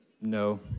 No